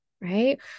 right